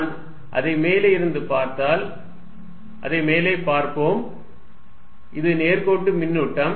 நான் அதை மேலே இருந்து பார்த்தால் அதை மேலே பார்ப்போம் இது நேர்கோட்டு மின்னூட்டம்